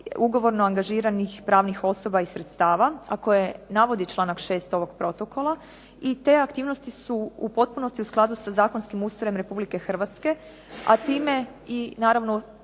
ugovorno angažiranih pravnih osoba i sredstava, a koje navodi članak 6. ovog protokola. I te aktivnosti su u potpunosti u skladu sa zakonskim ustrojem Republike Hrvatske, a time i naravno